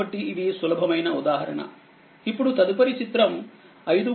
కాబట్టి ఇది సులభమైన ఉదాహరణ ఇప్పుడు తదుపరిది చిత్రం 5